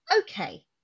okay